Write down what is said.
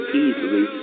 easily